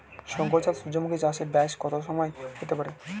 শংকর জাত সূর্যমুখী চাসে ব্যাস কত সময় হতে পারে?